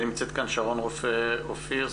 נמצאת כאן שרון רופא אופיר,